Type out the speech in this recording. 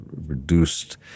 reduced